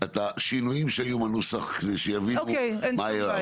את השינויים שהיו בנוסח כדי שיבינו מה היה.